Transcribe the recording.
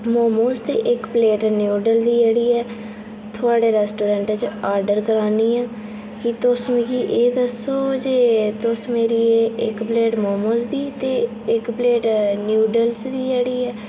मोमोज ते इक plate noodle दी जेह्ड़ी ऐ थुआड़े रेस्टोरेंट चा आर्डर करै नी आं कि तुस मिकी एह् दस्सो जे तुस मेरी इक प्लेट मोमोज दी ते इक प्लेट न्यूडल्स दी जेह्ड़ी ऐ